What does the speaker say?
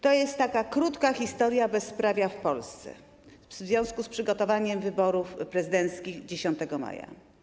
To jest taka krótka historia bezprawia w Polsce związana z przygotowaniem wyborów prezydenckich 10 maja.